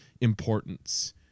importance